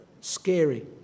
scary